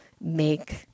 make